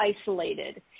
isolated